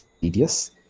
tedious